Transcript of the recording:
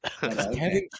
Kevin